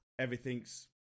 everything's